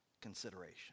consideration